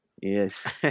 Yes